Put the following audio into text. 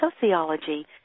sociology